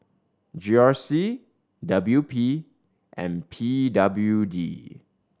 G R C W P and P W D